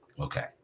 Okay